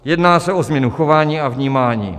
Jedná se o změnu chování a vnímání.